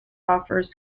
offers